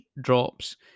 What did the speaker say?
drops